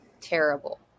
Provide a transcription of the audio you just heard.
terrible